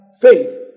faith